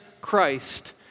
Christ